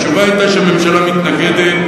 התשובה היתה שהממשלה מתנגדת,